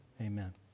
amen